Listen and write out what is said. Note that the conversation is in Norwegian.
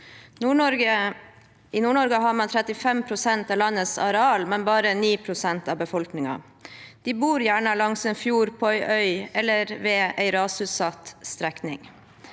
I Nord-Norge har man 35 pst. av landets areal, men bare 9 pst. av befolkningen. De bor gjerne langs en fjord, på en øy eller ved en rasutsatt strekning.